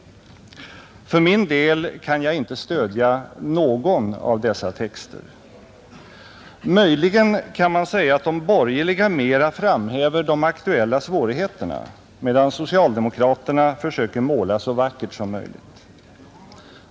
För min del kan jag inte stödja någon av dessa texter. Möjligen kan man säga att de borgerliga mera framhäver de aktuella svårigheterna, medan socialdemokraterna försöker måla så vackert som möjligt.